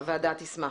הוועדה תשמח.